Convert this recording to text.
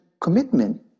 commitment